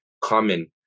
common